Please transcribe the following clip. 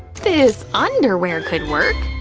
this underwear could work!